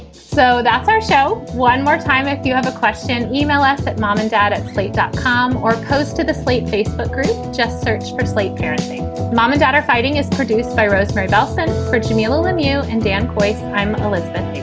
so that's our show one more time. if you have a question. yeah e-mail us at mom and dad at playboy dot com or coast to the slate facebook group. just search for slate. parents say mom and dad are fighting is produced by rosemarie bellson for jamilah lemieux and dan quayle. i'm elizabeth